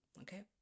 okay